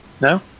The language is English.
No